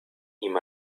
ihm